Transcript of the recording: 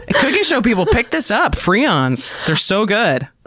cooking show people pick this up! friands. they're so good.